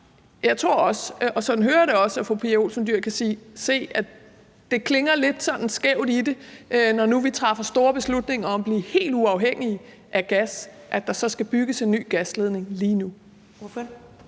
Jeg tror – og sådan hører jeg det også – at fru Pia Olsen Dyhr kan se, at det virker sådan lidt skævt, når nu vi træffer store beslutninger om at blive helt uafhængige af gas, at der så skal bygges en ny gasledning lige nu.